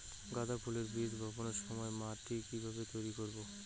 গাদা ফুলের বীজ বপনের সময় মাটিকে কিভাবে তৈরি করব?